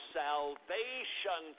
salvation